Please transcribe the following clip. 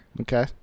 Okay